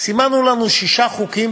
סימנו לנו שישה חוקים